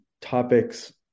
topics